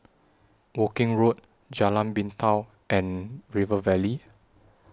Woking Road Jalan Pintau and River Valley